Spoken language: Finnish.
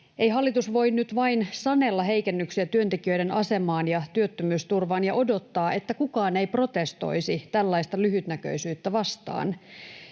Ei hallitus voi nyt vain sanella heikennyksiä työntekijöiden asemaan ja työttömyysturvaan ja odottaa, että kukaan ei protestoisi tällaista lyhytnäköisyyttä vastaan.